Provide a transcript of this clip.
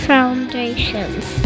Foundations